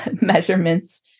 measurements